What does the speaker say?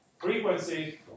frequency